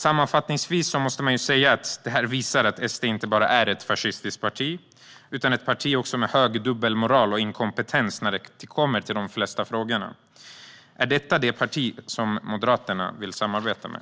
Sammanfattningsvis måste man säga att detta visar att SD inte bara är ett fascistiskt parti utan också ett parti med hög dubbelmoral och inkompetens när det kommer till de flesta frågor. Är detta det parti som Moderaterna vill samarbeta med?